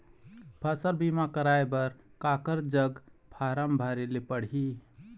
फसल बीमा कराए बर काकर जग फारम भरेले पड़ही?